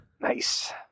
nice